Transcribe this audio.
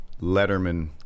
Letterman